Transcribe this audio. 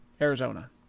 Arizona